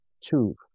two